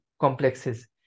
complexes